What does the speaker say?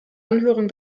anhörung